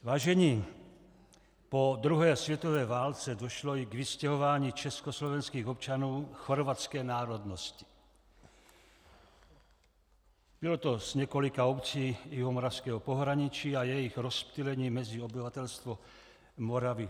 Vážení, po druhé světové válce došlo i k vystěhování československých občanů chorvatské národnosti, bylo to z několika obcí jihomoravského pohraničí, a jejich rozptýlení mezi obyvatelstvo Moravy.